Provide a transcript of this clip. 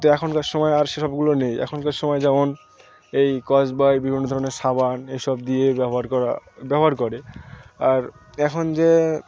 তো এখনকার সময় আর সে সবগুলো নেই এখনকার সময় যেমন এই স্কচ ব্রাইট বিভিন্ন ধরনের সাবান এই সব দিয়ে ব্যবহার করা ব্যবহার করে আর এখন যে